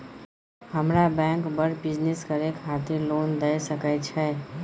हमरा बैंक बर बिजनेस करे खातिर लोन दय सके छै?